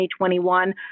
2021